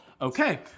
Okay